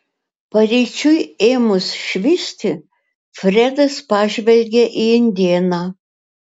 paryčiui ėmus švisti fredas pažvelgė į indėną